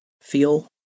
feel